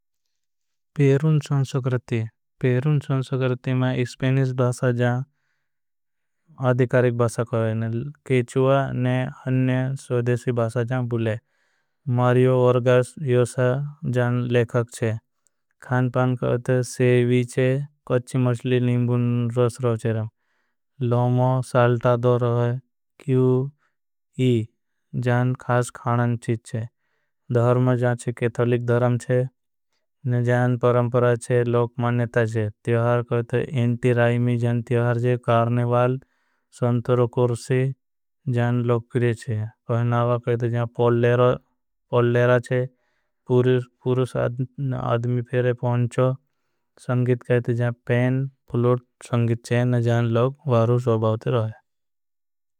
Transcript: पेरुन संसक्रति पेरुन संसक्रति में इस्पेनिस भासा जान अधिकारिक। भासा करें ने हन्य स्वाधेशी भासा जान बुले वर्गास योसा जान लेखाक। छे पान करते सेवी चे कच्ची मशली निम्बुन रस्रोचरम साल्टा दोरो। है खास खानन चीच चे धर्म जान चे केथरलिक। धर्म चे परंपरा चे लोग मनेता चे कहते हैं एंटी राइमी जान तियहार चे। संतरो कुर्सी जान लोग पिरे चे कहते हैं जान पोल लेरा चे साथ पुरुष। आदमी पिरे पहुंचो संगीत कहते हैं जान पैन। पुलोट संगीत चे जान लोग वारू सोबावती रोई।